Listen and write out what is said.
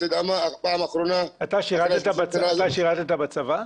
אתה שירתת בצבא?